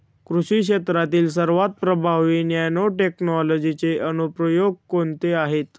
कृषी क्षेत्रातील सर्वात प्रभावी नॅनोटेक्नॉलॉजीचे अनुप्रयोग कोणते आहेत?